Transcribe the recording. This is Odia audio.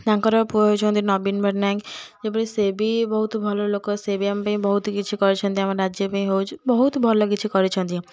ତାଙ୍କର ପୁଅ ହେଉଛନ୍ତି ନବୀନ ପଟ୍ଟନାୟକ ଯେପରି ସିଏ ବି ବହୁତ ଭଲ ଲୋକ ସିଏ ବି ଆମପାଇଁ ବହୁତ କିଛି କରିଛନ୍ତି ଆମ ରାଜ୍ୟ ପାଇଁ ହେଉଛି ବହୁତ ଭଲ କିଛି କରିଛନ୍ତି